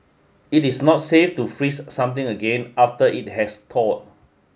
it is not safe to freeze something again after it has thawed